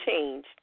changed